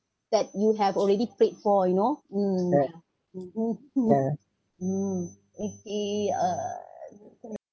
that you have already prayed for you know mm ya mmhmm mm okay uh good for me